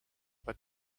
what